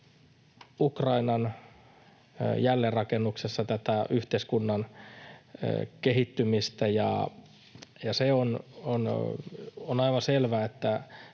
Ukrainan jälleenrakennuksessa tätä yhteiskunnan kehittymistä. Se on aivan selvä, että